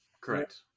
Correct